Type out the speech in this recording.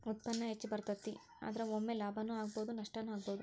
ಉತ್ಪನ್ನಾ ಹೆಚ್ಚ ಬರತತಿ, ಆದರ ಒಮ್ಮೆ ಲಾಭಾನು ಆಗ್ಬಹುದು ನಷ್ಟಾನು ಆಗ್ಬಹುದು